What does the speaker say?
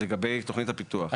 לגבי תכנית הפיתוח.